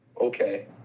Okay